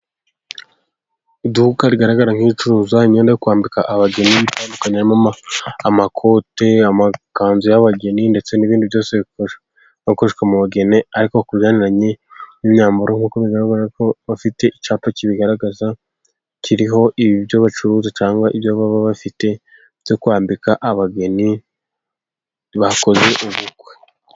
Iduka rigaragara nk' iricuruza imyenda yo kwambika abageni itandukanye harimo amakote, amakanzu y' abageni ndetse n' ibindi byose bikora bikoreshwa mu bageni, ariko kujyanye n' imyambaro nkuko bigaragara ko bafite icapa kibigaragaza, kiriho ibyo bacuruza cyangwa ibyo baba bafite byo kwambika abageni bakoze ubukwe.